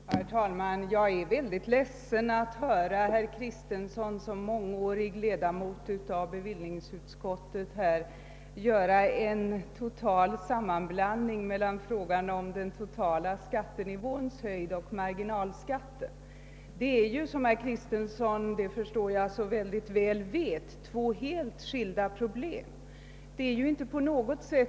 Herr talman! Jag är ledsen över att herr Kristenson som mångårig ledamot av bevillningsutskottet blandar samman den totala skattenivåns höjd och marginalskatten. Jag förstår att herr Kristenson väl vet att det är två helt skilda saker.